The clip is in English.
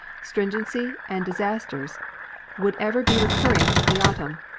stringency, and disasters would ever be recurring with the autumn.